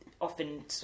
often